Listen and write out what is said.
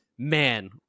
man